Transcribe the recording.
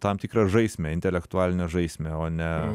tam tikrą žaismę intelektualinę žaismę o ne